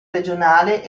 regionale